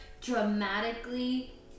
dramatically